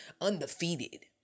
undefeated